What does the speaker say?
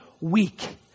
weak